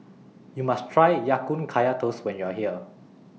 YOU must Try Ya Kun Kaya Toast when YOU Are here